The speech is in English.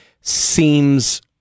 seems